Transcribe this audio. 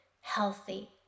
healthy